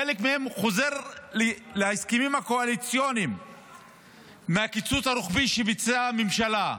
חלק מהם חוזר להסכמים הקואליציוניים מהקיצוץ הרוחבי שביצעה הממשלה.